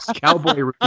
cowboy